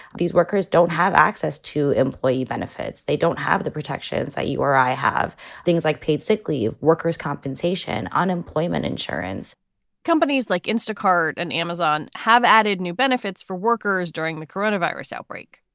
these workers don't have access to employee benefits. they don't have the protections that you or i have things like paid sick leave, worker's compensation, unemployment insurance companies like instacart and amazon have added new benefits for workers during the corona virus outbreak.